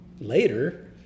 later